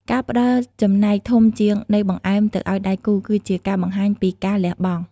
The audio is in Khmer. ការផ្ដល់ចំណែកធំជាងនៃបង្អែមទៅឱ្យដៃគូ គឺជាការបង្ហាញពីការលះបង់។